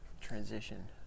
Transition